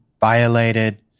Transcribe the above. violated